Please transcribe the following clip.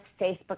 Facebook